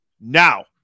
Now